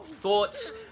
Thoughts